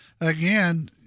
again